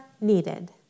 needed